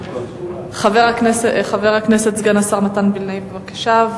חבר הכנסת, סגן השר מתן וילנאי, בבקשה.